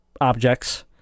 objects